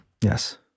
yes